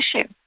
issue